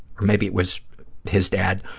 or maybe it was his dad,